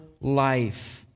life